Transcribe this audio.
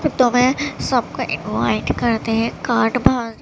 تو وہ سب کو انوائٹ کرتے ہیں کارڈ بانٹ